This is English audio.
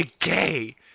gay